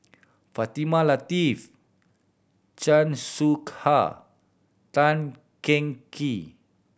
Fatimah Lateef Chan Soh Ha Tan Cheng Kee